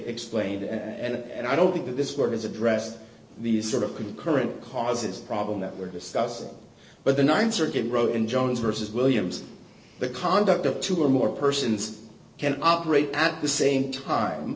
explained it and i don't think that this work has addressed the sort of concurrent causes problem that we're discussing but the th circuit broken jones versus williams the conduct of two or more persons can operate at the same time